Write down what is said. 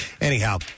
Anyhow